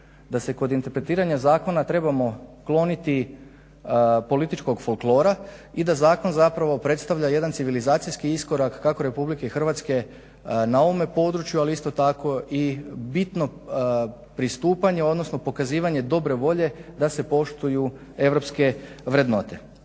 da se kod interpretiranja zakona trebamo kloniti političkog folklora i da zakon zapravo predstavlja jedan civilizacijski iskorak kako Republike Hrvatske na ovom području, ali isto tako i bitno pristupanje odnosno pokazivanje dobre volje da se poštuju europske vrednote.